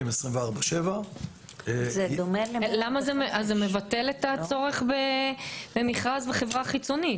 24/7. אז זה מבטל את הצורך במכרז בחברה חיצונית.